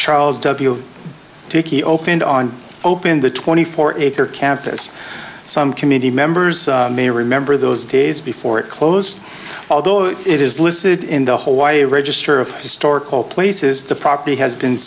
charles w dickey opened on open the twenty four acre campus some committee members may remember those days before it closed although it is listed in the whole why a register of historical places the property has been